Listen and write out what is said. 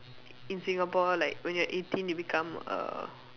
in singapore like when you are eighteen you become a